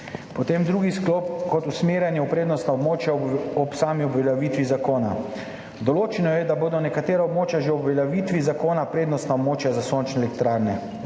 drugi sklop, usmerjanje v prednostna območja ob sami uveljavitvi zakona. Določeno je, da bodo nekatera območja že ob uveljavitvi zakona prednostna območja za sončne elektrarne,